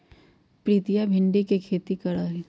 प्रीतिया भिंडी के खेती करा हई